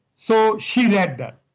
so she read that.